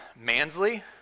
Mansley